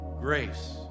grace